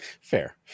fair